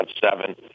seven